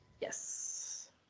Yes